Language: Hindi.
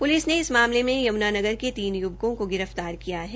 पुलिस ने इस मामले में यम्नानगर के तीन य्वकों को गिरफ्तार किया है